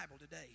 today